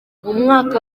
mwaka